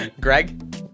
Greg